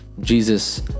Jesus